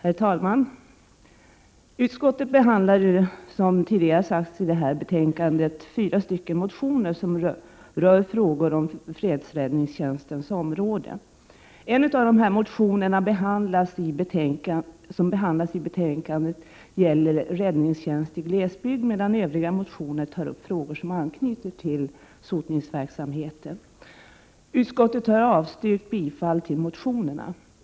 Herr talman! Utskottet behandlar i detta betänkande som tidigare sagts fyra motioner, som rör frågor inom fredsräddningstjänstens område. En av dessa motioner som behandlas i betänkandet gäller räddningstjänst i glesbygd medan övriga motioner tar upp frågor med anknytning till sotningsverksamheten. Utskottet har avstyrkt bifall till motionerna.